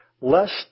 lest